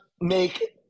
make